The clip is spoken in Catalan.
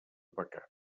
pecat